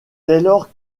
taylor